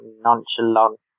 nonchalant